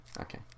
okay